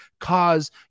cause